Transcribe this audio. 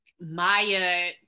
maya